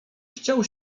chciał